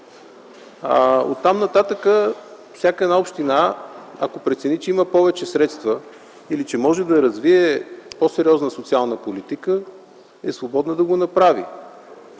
Оттам-нататък всяка община, ако прецени, че има повече средства или може да развива по-сериозна социална политика, е свободна да го направи.